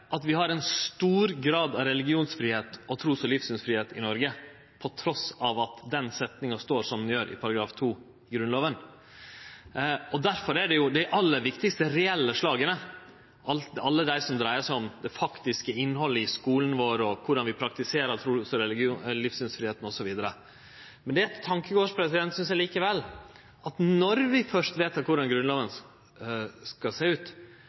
at vi har ein stor grad av religionsfridom og trus- og livssynsfridom i Noreg trass i at setninga står som ho gjer i § 2 i Grunnlova. Difor er det aller viktigaste dei reelle slaga, alle dei som dreiar seg om det faktiske innhaldet i skulen vår, korleis ein praktiserer trus- og livssynsfridomen osv. Men det er likevel ein tankekross at når ein først vedtek korleis Grunnlova skal sjå ut,